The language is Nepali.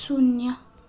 शून्य